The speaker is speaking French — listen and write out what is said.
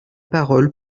parole